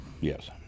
Yes